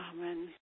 Amen